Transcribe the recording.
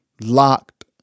locked